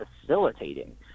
facilitating